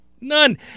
None